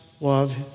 love